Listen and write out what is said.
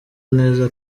neza